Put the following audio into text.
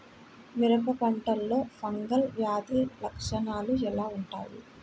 మిరప పంటలో ఫంగల్ వ్యాధి లక్షణాలు ఎలా వుంటాయి?